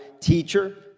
teacher